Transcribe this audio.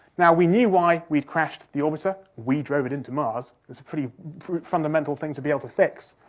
now, we knew why we'd crashed the orbiter, we drove it into mars, that's a pretty fundamental thing to be able to fix.